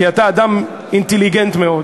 כי אתה אדם אינטליגנטי מאוד,